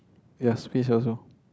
yes pizza also